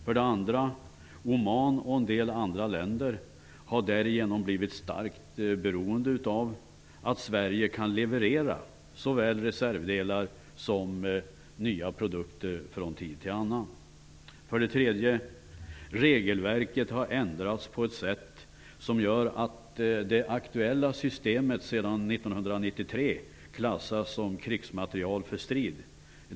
För det andra har Oman, och en del andra länder, därigenom blivit starkt beroende av att Sverige kan leverera såväl reservdelar som nya produkter från tid till annan. För det tredje har regelverket ändrats på ett sätt som gör att det aktuella systemet sedan 1993 klassas som krigsmateriel för strid.